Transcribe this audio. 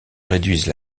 réduisent